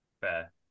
Fair